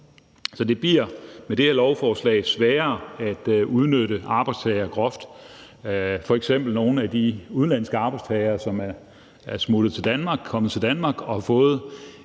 Det bliver med det her lovforslag sværere at udnytte arbejdstagere groft, f.eks. nogle af de udenlandske arbejdstagere, som er smuttet til Danmark, er kommet